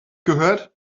gehört